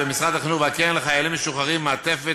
משרד החינוך והקרן לחיילים משוחררים מעטפת